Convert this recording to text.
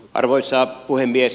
arvoisa puhemies